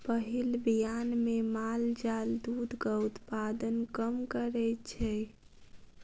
पहिल बियान मे माल जाल दूधक उत्पादन कम करैत छै